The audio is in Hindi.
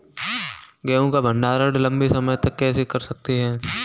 गेहूँ का भण्डारण लंबे समय तक कैसे कर सकते हैं?